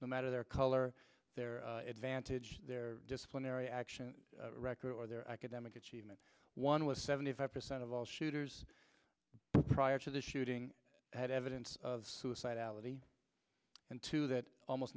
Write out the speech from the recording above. no matter their color their advantage their disciplinary action record or their academic achievement one was seventy five percent of all shooters prior to the shooting had evidence of suicidality and to that almost